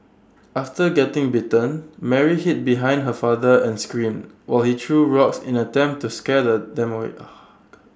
after getting bitten Mary hid behind her father and screamed while he threw rocks in an attempt to scare the them away